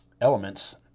Elements